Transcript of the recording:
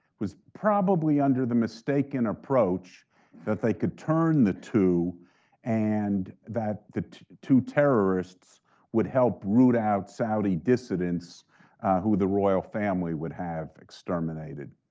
was probably under the mistaken approach that they could turn the two and that the two terrorists would help root out saudi dissidents who the royal family would have exterminated.